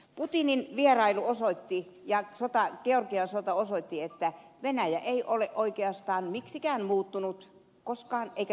putinin vierailu ja georgian sota osoitti että venäjä ei ole oikeastaan miksikään muuttunut ei koskaan eikä milloinkaan